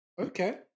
Okay